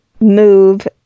move